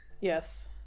yes